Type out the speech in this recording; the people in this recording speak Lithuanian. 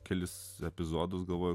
kelis epizodus galvojau